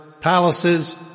palaces